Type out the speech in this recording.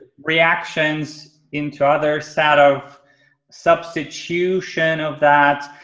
reactions into other set of substitution of that.